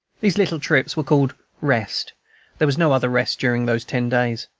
these little trips were called rest there was no other rest during those ten days.